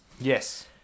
Yes